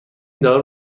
دارو